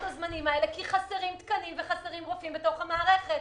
הזמנים האלה כי חסרים תקנים וחסרים רופאים בתוך המערכת.